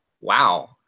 wow